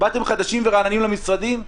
באתם חדשים ורעננים למשרדים,